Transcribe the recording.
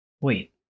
Wait